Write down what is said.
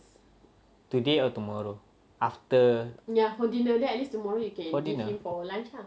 today or tomorrow after for dinner